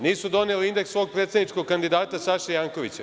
Nisu doneli indeks svog predsedničkog kandidata Saše Jankovića.